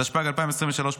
התשפ"ג 2023,